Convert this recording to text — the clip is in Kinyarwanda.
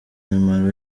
mimaro